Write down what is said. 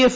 F